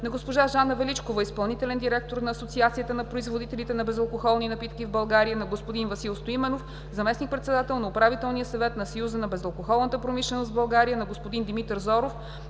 на госпожа Жана Величкова, изпълнителен директор на Асоциацията на производителите на безалкохолни напитки в България; на господин Васил Стоименов, заместник-председател на Управителния съвет на Съюза на безалкохолната промишленост в България; на господин Димитър Зоров,